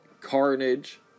carnage